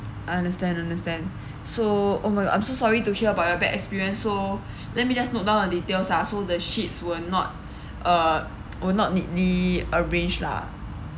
understand understand so oh my I'm so sorry to hear about your bad experience so let me just note down your details uh so the sheets were not uh were not neatly arranged lah